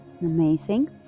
amazing